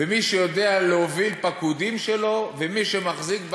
ומי שיודע להוביל פקודים שלו ומי שמחזיק ביד,